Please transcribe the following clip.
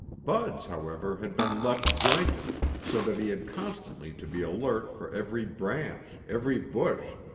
bud's, however, had been left jointed so that he had constantly to be alert for every branch, every bush,